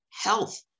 health